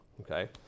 okay